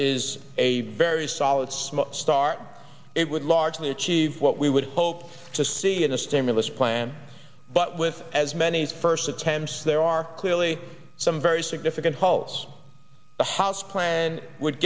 is a very solid small start it would largely achieve what we would hope to see in a stimulus plan but with as many first attempts there are clearly some very significant faults the house plan would